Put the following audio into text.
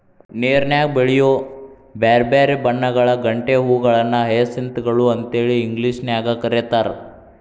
ನೇರನ್ಯಾಗ ಬೆಳಿಯೋ ಬ್ಯಾರ್ಬ್ಯಾರೇ ಬಣ್ಣಗಳ ಗಂಟೆ ಹೂಗಳನ್ನ ಹಯಸಿಂತ್ ಗಳು ಅಂತೇಳಿ ಇಂಗ್ಲೇಷನ್ಯಾಗ್ ಕರೇತಾರ